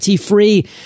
free